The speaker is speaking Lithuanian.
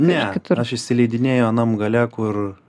ne aš įsileidinėju anam gale kur